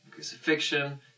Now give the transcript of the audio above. crucifixion